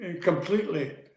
completely